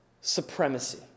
supremacy